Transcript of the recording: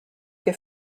què